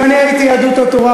אם אני הייתי יהדות התורה,